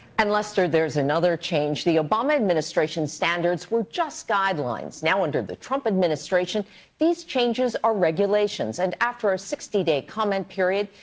and lester, there is another change. the obama administration standards were just guidelines. now under the trump administration these changes are regulations, and after a sixty day comment period,